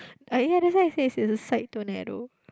ah ya that's why I said is a side tornado